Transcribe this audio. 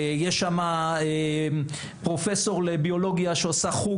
יש שם פרופסור לביולוגיה שעושה חוג